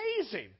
amazing